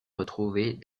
retrouvés